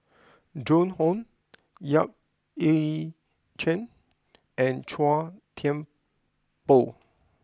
Joan Hon Yap Ee Chian and Chua Thian Poh